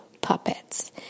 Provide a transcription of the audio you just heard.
puppets